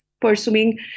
pursuing